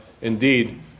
indeed